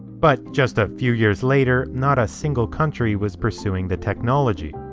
but just a few years later, not a single country was pursuing the technology.